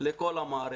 לכל המערכת.